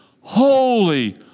holy